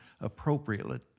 appropriately